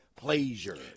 pleasure